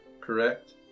correct